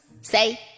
Say